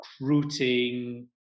recruiting